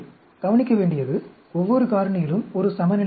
கவனிக்க வேண்டியது ஒவ்வொரு காரணியிலும் ஒரு சமநிலை உள்ளது